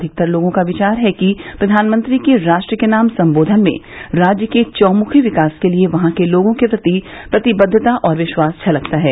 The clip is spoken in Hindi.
अधिकतर लोगों का विचार है कि प्रधानमंत्री के राष्ट्र के नाम संबोधन में राज्य के चौमुखी विकास के लिए वहां के लोगों के प्रति प्रतिबद्दता और विश्वास झलकता है